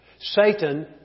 Satan